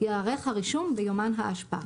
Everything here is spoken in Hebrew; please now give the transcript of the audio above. ייערך הרישום ביומן האשפה.